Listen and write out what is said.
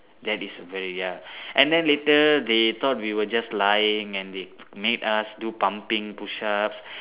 that is very ya and then later they thought we were just lying and they made us do pumping push ups